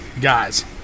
guys